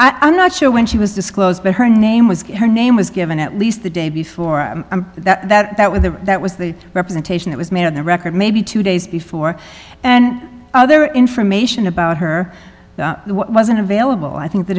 before i'm not sure when she was disclosed but her name was her name was given at least the day before that with the that was the representation that was made on the record maybe two days before and other information about her wasn't available i think the